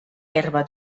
herba